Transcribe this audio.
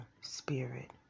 spirit